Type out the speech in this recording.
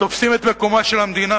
תופסים את מקומה של המדינה,